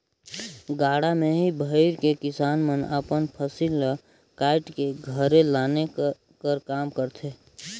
गाड़ा मे ही भइर के किसान मन अपन फसिल ल काएट के घरे लाने कर काम करथे